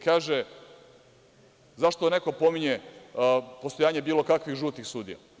Kaže – zašto da neko pominje postojanje bilo kakvih žutih sudija?